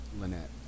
Lynette